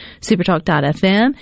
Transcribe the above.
supertalk.fm